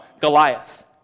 Goliath